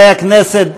חברי הכנסת,